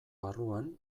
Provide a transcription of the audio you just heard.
barruan